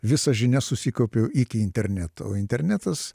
visas žinias susikaupiau iki interneto o internetas